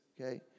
okay